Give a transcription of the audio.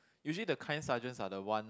usually the kind sergeants are the one